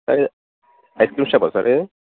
అది ice cream షాపా sir ఇది